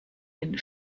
den